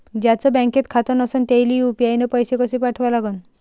ज्याचं बँकेत खातं नसणं त्याईले यू.पी.आय न पैसे कसे पाठवा लागन?